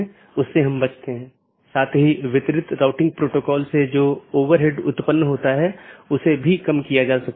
तो इसका मतलब यह है कि OSPF या RIP प्रोटोकॉल जो भी हैं जो उन सूचनाओं के साथ हैं उनका उपयोग इस BGP द्वारा किया जा रहा है